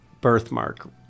birthmark